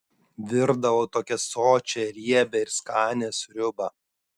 virdavau tokią sočią riebią ir skanią sriubą